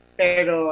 pero